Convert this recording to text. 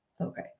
Okay